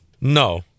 No